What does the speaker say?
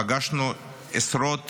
פגשנו עשרות